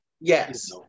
Yes